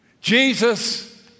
Jesus